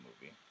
movie